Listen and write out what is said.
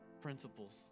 principles